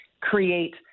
create